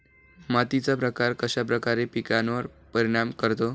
मातीचा प्रकार कश्याप्रकारे पिकांवर परिणाम करतो?